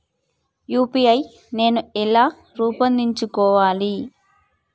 UPI నేను ఎలా రూపొందించుకోవాలి?